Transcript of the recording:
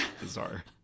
Bizarre